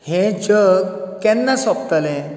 हे जग केन्ना सोंपतलें